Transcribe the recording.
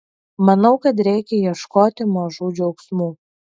manau kad reikia ieškoti mažų džiaugsmų